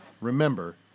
remember